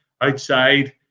outside